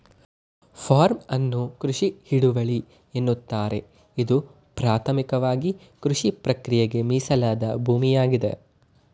form ಅನ್ನು ಕೃಷಿ ಹಿಡುವಳಿ ಎನ್ನುತ್ತಾರೆ ಇದು ಪ್ರಾಥಮಿಕವಾಗಿಕೃಷಿಪ್ರಕ್ರಿಯೆಗೆ ಮೀಸಲಾದ ಭೂಮಿಯಾಗಿದೆ